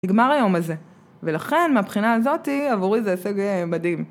נגמר היום הזה. ולכן, מהבחינה הזאתי, עבורי זה הישג אה... מדהים.